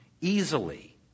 easily